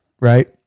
right